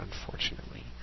unfortunately